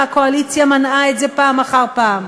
והקואליציה מנעה את זה פעם אחר פעם.